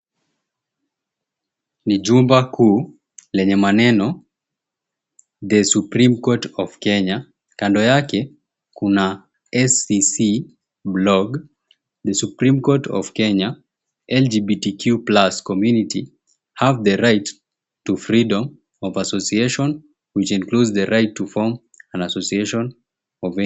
Ni jumba kuu lenye maneno, The Supreme Court Of Kenya. Kando yake kuna, SCC Blog. The Supreme Court Of Kenya LGBTQ+ Community have the Right to Freedom of Association which includes the right to form an Association of any kind.